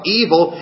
evil